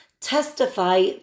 testify